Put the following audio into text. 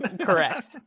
Correct